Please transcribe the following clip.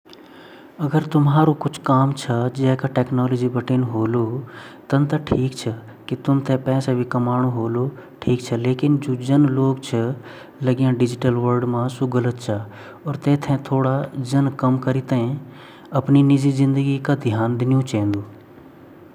अगर हमते लगन की हमा भोत ज़रूरी काम ची किलेकी आजकल टेक्नोलॉजी जमानु ची बिना टेक्नोलॉजी कुछ नी ची पर उ सिर्फ आपा कमाते यूज़ करन वेगु मिसयूज नि कन भई जन हहम गेम खेलना ची बच्चा आजकल सारा दिन गेम खेना पिक्चर देखणा छिन गाणा सुणना छिन इन सबसे बाहर हमुन निकन सिर्फ हमुन आपा ऑफिसियल कामोते वेगु यूज़ कन अर आपा भोत ज़रूरी कामते वेगु यूज़ कन बस।